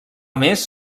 més